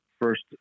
first